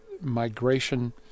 migration